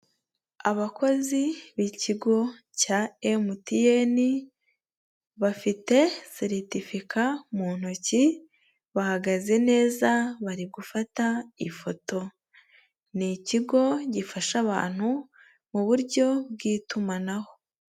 Abakozi b'ikigo cya MTN, bafite seritifika mu ntoki, bahagaze neza bari gufata ifoto. Ni ikigo gifasha abantu mu buryo bw'itumanaho.